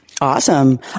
Awesome